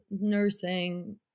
nursing